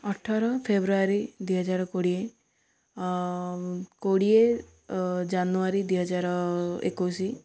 ଅଠର ଫେବୃଆରୀ ଦୁଇ ହଜାର କୋଡ଼ିଏ କୋଡ଼ିଏ ଜାନୁଆରୀ ଦୁଇ ହଜାର ଏକୋଇଶ